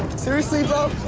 seriously